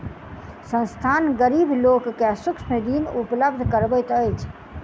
संस्थान, गरीब लोक के सूक्ष्म ऋण उपलब्ध करबैत अछि